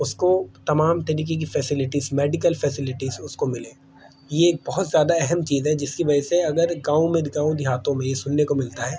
اس کو تمام طریقے کی فیسیلٹیس میڈیکل فیسیلٹیس اس کو ملیں یہ بہت زیادہ اہم چیز ہے جس کی وجہ سے اگر گاؤں میں گاؤں دیہاتوں میں یہ سننے کو ملتا ہے